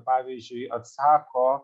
pavyzdžiui atsako